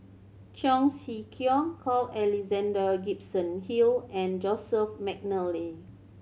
Cheong Siew Keong Carl Alexander Gibson Hill and Joseph McNally